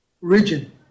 region